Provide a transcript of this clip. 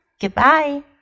goodbye